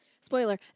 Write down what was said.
Spoiler